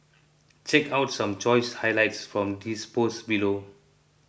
check out some choice highlights from his post below